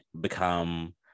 become